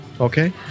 okay